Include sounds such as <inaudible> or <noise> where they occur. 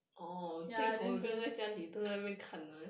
ya then 你 <noise>